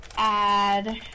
Add